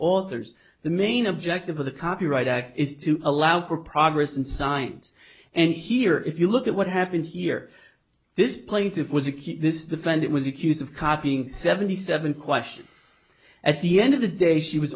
authors the main objective of the copyright act is to allow for progress unsigned and here if you look at what happened here this plaintiff was a key this defendant was accused of copying seventy seven questions at the end of the day she was